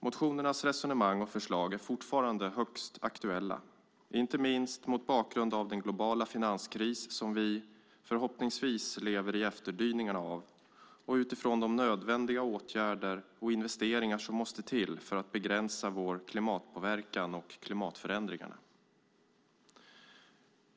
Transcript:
Motionernas resonemang och förslag är fortfarande högst aktuella, inte minst mot bakgrund av den globala finanskris som vi, förhoppningsvis, lever i efterdyningarna av och utifrån de nödvändiga åtgärder och investeringar som måste till för att begränsa vår klimatpåverkan och klimatförändringarna.